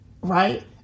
right